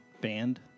band